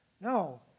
No